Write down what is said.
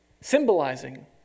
symbolizing